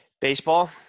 Baseball